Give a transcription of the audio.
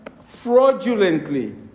fraudulently